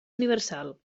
universal